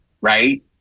right